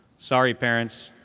sorry, parents.